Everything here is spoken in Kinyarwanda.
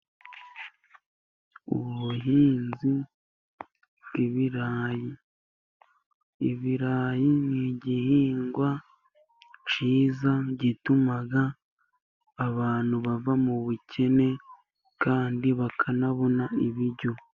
Ubuhinzi bw'ibirayi, ibirayi ni igihingwa cyiza gituma abantu bava mu bukene, kandi bakanabona ibiryo.